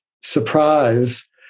surprise